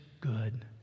good